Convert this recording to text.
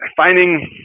finding